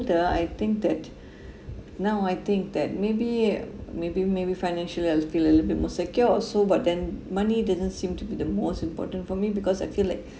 I think that now I think that maybe uh maybe maybe financially I'll feel a little bit more secure or so but then money doesn't seem to be the most important for me because I feel like